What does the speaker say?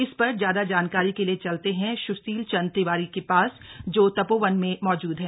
इस पर ज्यादा जानकारी के लिए चलते हैं सुशील चंद्र तिवारी के पास जो तपोवन में मौजूद है